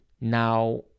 now